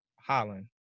Holland